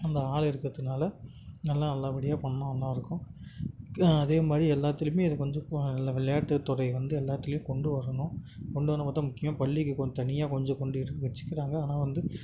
அந்த ஆள் எடுக்கிறதுனால நல்லா நல்லபடியா பண்ணிணா நல்லா இருக்கும் இப்போயும் அதே மாதிரி எல்லாத்துலேயுமே இது கொஞ்சம் கு எல்லா விளையாட்டுத்துறை வந்து எல்லாத்துலேயும் கொண்டு வரணும் கொண்டு வர்றது மட்டும் முக்கியம் பள்ளிக்கு கொ தனியாக கொஞ்சம் கொண்டு இருக் வச்சிக்கிறாங்க ஆனால் வந்து